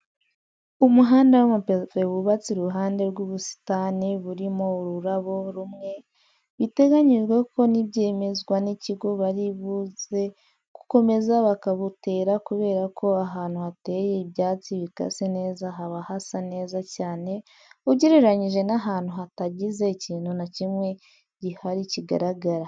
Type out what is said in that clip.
Umuhanda w'amapave w'ubatse iruhande rw'ubusitane burimo ururabo rumwe. Biteganyije ko nibyemezwa n'ikigo bari buze gukomeza bakabutera kubera ko ahantu hateye ibyatsi bikase neza haba hasa neza cyane ugereranyije n'ahantu hatagize ikintu na kimwe guhari kigaragara.